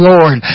Lord